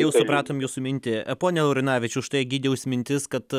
jau supratom jūsų mintį pone laurinavičiau štai egidijaus mintis kad